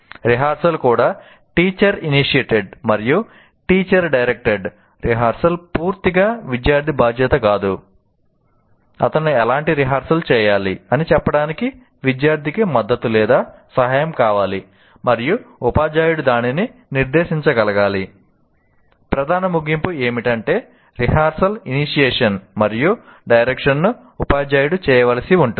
rehearsal కూడా teacher initiated ను ఉపాధ్యాయుడు చేయవలసి ఉంటుంది